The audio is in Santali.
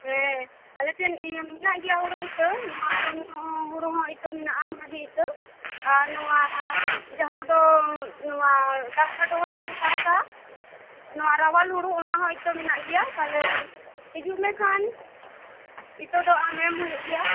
ᱟᱫᱚ ᱴᱷᱮᱱ ᱤᱭᱟᱹ ᱢᱮᱱᱟᱜ ᱜᱮᱭᱟ ᱦᱩᱲᱩ ᱤᱛᱟᱹ ᱱᱚᱣᱟ ᱠᱚᱨᱮ ᱱᱟᱜ ᱦᱩᱲᱩ ᱦᱚᱸ ᱤᱛᱟᱹ ᱢᱮᱱᱟᱜᱼᱟ ᱵᱷᱟᱹᱜᱤ ᱤᱛᱟᱹ ᱟᱨ ᱱᱚᱣᱟ ᱡᱟᱦᱟᱸ ᱫᱚ ᱰᱟᱸᱜᱟ ᱰᱩᱦᱩ ᱨᱮᱠᱚ ᱪᱟᱥᱟ ᱱᱚᱣᱟ ᱨᱟᱣᱟᱞ ᱦᱩᱲᱩ ᱚᱱᱟ ᱦᱚᱸ ᱤᱛᱟᱹ ᱢᱮᱱᱟᱜ ᱜᱮᱭᱟ ᱛᱟᱦᱚᱞᱮ ᱦᱤᱡᱩᱜ ᱢᱮ ᱠᱷᱟᱱ ᱤᱛᱟᱹ ᱫᱚ ᱟᱢ ᱮᱢ ᱦᱩᱭᱩᱜ ᱜᱮᱭᱟ